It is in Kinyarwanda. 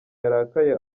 yarakaye